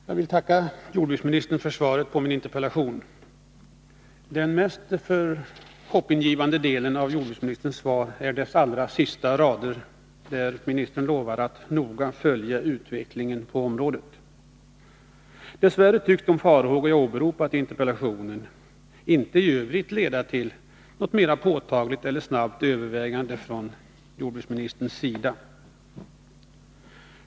Herr talman! Jag vill tacka jordbruksministern för svaret på min interpellation. Det mest hoppingivande i jordbruksministerns svar återfinns på de allra sista raderna, där jordbruksministern lovar att noga följa utvecklingen på området. Dess värre tycks de farhågor som jag åberopat i min interpellation i övrigt inte leda till något mera påtagligt eller något snabbt övervägande från jordbruksministerns sida.